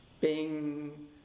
bing